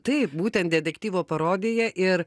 taip būtent detektyvo parodija ir